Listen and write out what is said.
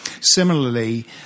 Similarly